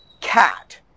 cat